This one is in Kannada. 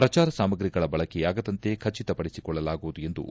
ಪ್ರಚಾರ ಸಾಮಗ್ರಿಗಳ ಬಳಕೆಯಾಗದಂತೆ ಖಚಿತತೆ ಪಡಿಸಿಕೊಳ್ಳಲಾಗುವುದು ಎಂದು ಒ